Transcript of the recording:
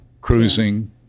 cruising